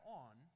on